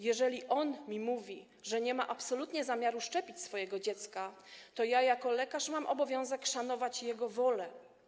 Jeżeli on mi mówi, że nie ma absolutnie zamiaru szczepić swojego dziecka, to ja jako lekarz mam obowiązek szanować jego wolę.